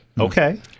Okay